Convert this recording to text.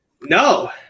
No